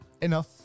Enough